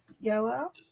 Yellow